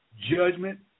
judgment